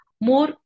more